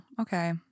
Okay